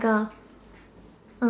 ya